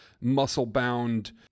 muscle-bound